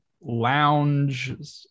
lounge